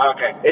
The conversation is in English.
Okay